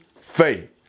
faith